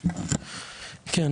כן,